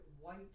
white